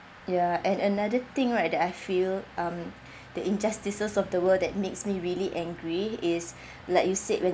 ya and another thing right that I feel um the injustices of the world that makes me really angry is like you said when